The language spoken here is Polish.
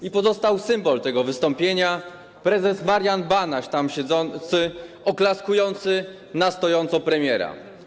I pozostał symbol tego wystąpienia - prezes Marian Banaś tam siedzący, oklaskujący na stojąco premiera.